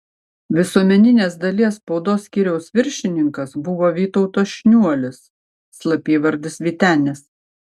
visuomeninės dalies spaudos skyriaus viršininkas buvo vytautas šniuolis slapyvardis vytenis